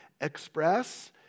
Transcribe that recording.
Express